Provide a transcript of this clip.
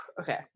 okay